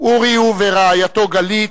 אורי ורעייתו גלית,